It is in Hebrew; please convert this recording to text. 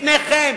לפניכם.